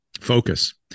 focus